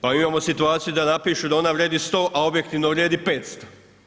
Pa imamo situaciju da ona vrijedi 100, a objektivno vrijedi 500.